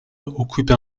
occupe